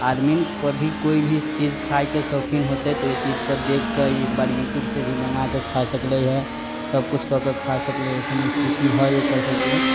आदमी कोइ भी कोइ भी चीज खाइके शौकीन होतै तऽ ओहिचीज पर देखि कऽ एकबार यूट्यूबसँ भी मँगा कऽ खा सकलैए सभकिछु कऽ कऽ खा सकलै ओहिसन स्थिति हइ ओकरसभके